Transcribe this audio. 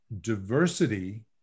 diversity